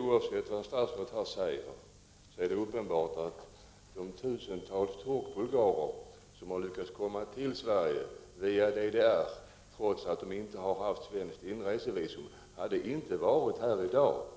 Oavsett vad statsrådet här säger, är det uppenbart att de tusentals turkbulgarer som lyckats komma till Sverige via DDR, trots att de inte haft svenskt inresevisum, inte hade varit här i dag om